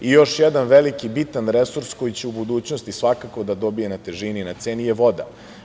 I još jedan veliki bitan resurs koji će u budućnosti svakako da dobije na težini i na ceni je voda.